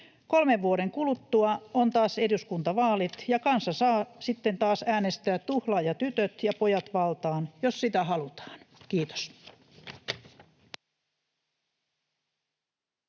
Kolmen vuoden kuluttua on taas eduskuntavaalit, ja kansa saa sitten taas äänestää tuhlaajatytöt ja ‑pojat valtaan, jos sitä halutaan. — Kiitos.